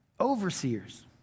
overseers